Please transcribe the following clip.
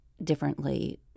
Differently